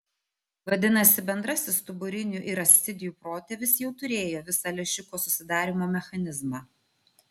vadinasi bendrasis stuburinių ir ascidijų protėvis jau turėjo visą lęšiuko susidarymo mechanizmą